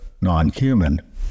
non-human